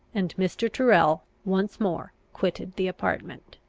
and mr. tyrrel once more quitted the apartment.